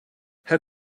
how